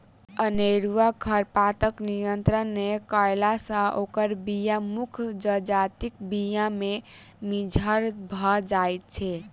अनेरूआ खरपातक नियंत्रण नै कयला सॅ ओकर बीया मुख्य जजातिक बीया मे मिज्झर भ जाइत छै